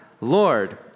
Lord